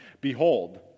Behold